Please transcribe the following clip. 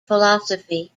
philosophy